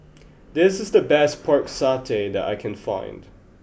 this is the best Pork Satay that I can find